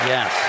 Yes